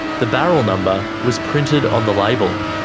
the barrel number was printed on the label.